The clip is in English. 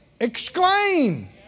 exclaim